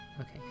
Okay